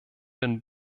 den